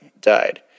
died